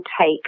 take